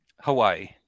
Hawaii